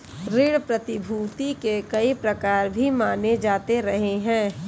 ऋण प्रतिभूती के कई प्रकार भी माने जाते रहे हैं